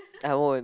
I won't